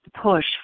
push